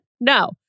No